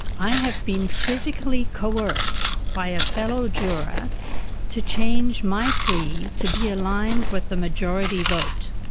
i have been physically coerced by a fellow juror to change my plea to be aligned with the majority vote.